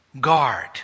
guard